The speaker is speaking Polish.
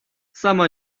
sama